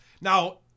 now